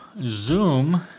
Zoom